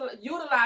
utilize